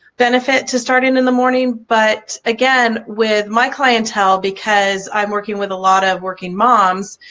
benefits to starting in the morning but again with my clientele, because i'm working with a lot of working moms,